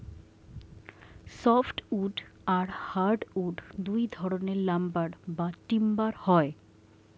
soft wood আর hard wood দুই ধরনের লাম্বার বা টিম্বার হয়